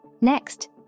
Next